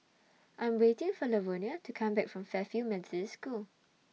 I Am waiting For Lavonia to Come Back from Fairfield Methodist School